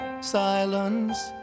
silence